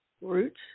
route